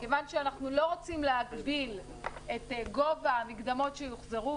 כיוון שאנחנו לא רוצים להגביל את גובה המקדמות שיוחזרו,